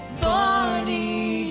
Barney